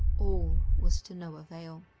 all was to no avail.